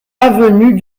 avenue